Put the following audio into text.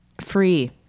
Free